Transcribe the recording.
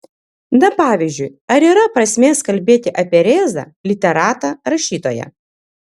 na pavyzdžiui ar yra prasmės kalbėti apie rėzą literatą rašytoją